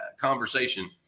conversation